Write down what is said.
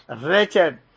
Wretched